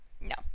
No